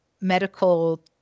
medical